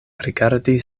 rigardi